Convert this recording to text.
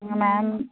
ma'am